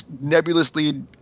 nebulously